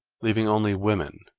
leaving only women,